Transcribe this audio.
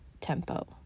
tempo